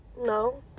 No